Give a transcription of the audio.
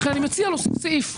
לכן אני מציע להוסיף סעיף,